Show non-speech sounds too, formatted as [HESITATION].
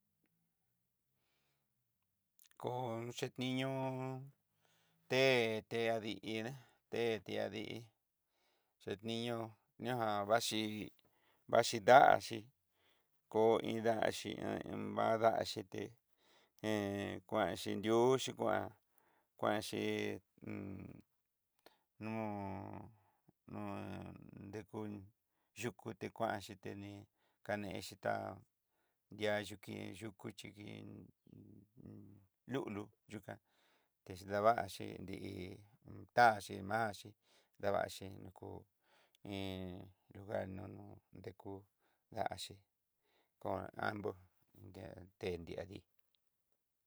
Kóo chex niño te té adiiniá té tiadí'i ché niño ñajan vaxhí vaxhí da'a xí kó iin daxhí ña [HESITATION] a'a daxí té [HESITATION] kuan nriuxhí kuan kuanxhí [HESITATION] no'o nó nrekún yuku té kuanxhí tení kanexhí tá di'áyuken yukú xhikin lulu yuká, texlavaxhí nrí nguataxí, ma'axí davaxi nukú iin nruvee nono ndekú daxhí kon ambur té nriadí.